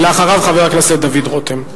ולאחריו, חבר הכנסת דוד רותם.